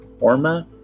Orma